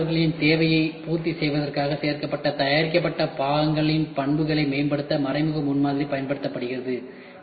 பயனாளர்களின் தேவையை பூர்த்தி செய்வதற்காக சேர்க்கப்பட்ட தயாரிக்கப்பட்ட பாகங்கள் பண்புகளை மேம்படுத்த மறைமுக முன்மாதிரி பயன்படுத்தப்படுகிறது